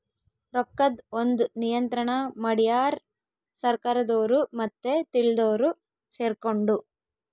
ರೊಕ್ಕದ್ ಒಂದ್ ನಿಯಂತ್ರಣ ಮಡ್ಯಾರ್ ಸರ್ಕಾರದೊರು ಮತ್ತೆ ತಿಳ್ದೊರು ಸೆರ್ಕೊಂಡು